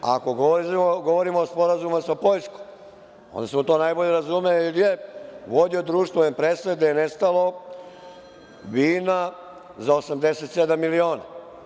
Ako govorimo o Sporazumu sa Poljskom, on se u to najbolje razume, jer je vodio društvo „Empresa“ gde je nestalo vina za 87 miliona.